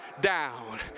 down